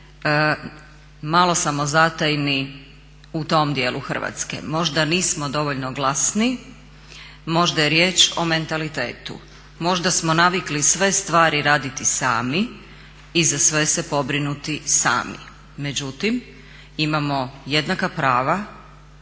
malo samozatajni u tom dijelu Hrvatske, možda nismo dovoljno glasni, možda je riječ o mentalitetu. Možda smo navikli sve stvari raditi sami i za sve se pobrinuti sami. Međutim, imamo jednaka prava